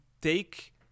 take